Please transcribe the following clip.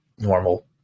Normal